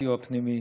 הפטיו הפנימי,